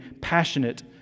passionate